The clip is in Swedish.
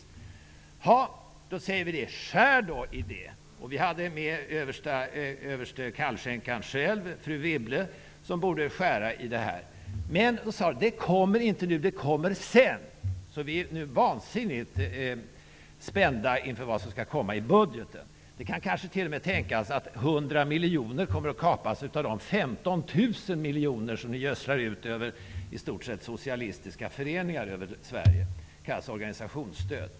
Jaha, då säger vi det. Skär då i dessa! Med var överste kallskänkan själv, fru Wibble, som borde skära i dessa. Men ni sade: ''Det kommer inte nu utan sedan.'' Så vi är nu vansinnigt spända inför vad som skall komma i budgeten. Det kan kanske t.o.m. tänkas att 100 miljoner kronor kommer att kapas av de 15 000 miljoner kronor som ni gödslar ut över i stort sett socialistiska föreningar i Sverige. Det kallas för organisationsstöd.